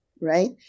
right